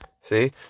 See